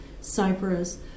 Cyprus